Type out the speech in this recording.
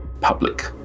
public